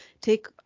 take